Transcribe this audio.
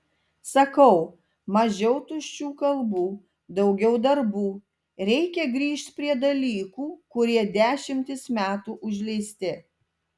sakau mažiau tuščių kalbų daugiau darbų reikia grįžt prie dalykų kurie dešimtis metų užleisti